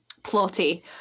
plotty